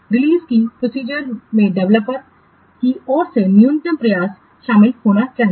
release की प्रोसीजरमें developer की ओर से न्यूनतम प्रयास शामिल होना चाहिए